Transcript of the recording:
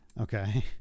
Okay